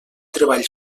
treball